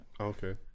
Okay